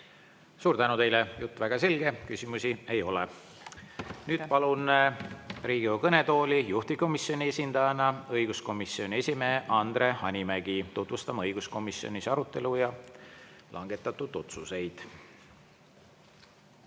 Suur tänu teile! Jutt väga selge, küsimusi ei ole. Nüüd palun Riigikogu kõnetooli juhtivkomisjoni esindajana õiguskomisjoni esimehe Andre Hanimägi tutvustama õiguskomisjonis toimunud arutelu ja langetatud otsuseid.